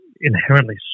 inherently